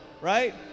Right